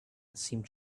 seemed